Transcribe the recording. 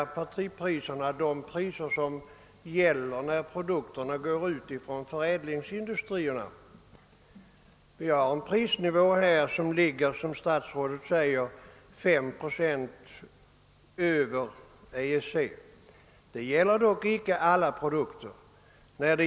Partipriserna för de produkter som kommer från = förädlingsindustrierna ligger något högre hos oss än motsvarande priser i andra länder. Det gäller dock icke alla produkter.